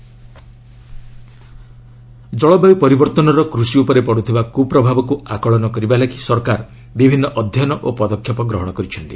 climate change ଜଳବାୟୁ ପରିବର୍ତ୍ତନର କୃଷି ଉପରେ ପଡ଼ୁଥିବା କୁପ୍ରଭାବକୁ ଆକଳନ କରିବା ଲାଗି ସରକାର ବିଭିନ୍ନ ଅଧ୍ୟୟନ ଓ ପଦକ୍ଷେପ ଗ୍ରହଣ କରିଛନ୍ତି